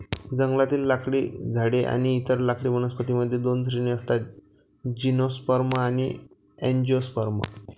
जंगलातले लाकडी झाडे आणि इतर लाकडी वनस्पतीं मध्ये दोन श्रेणी असतातः जिम्नोस्पर्म आणि अँजिओस्पर्म